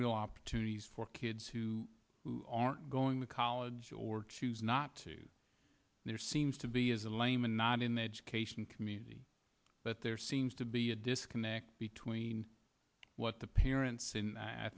real opportunities for kids who aren't going to college or choose not to there seems to be as a layman not in the education community but there seems to be a disconnect between what the parents and i